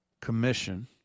commission